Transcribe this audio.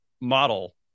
model